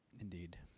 Indeed